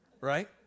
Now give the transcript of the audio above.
Right